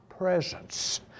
presence